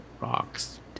rocks